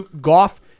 Goff